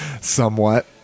somewhat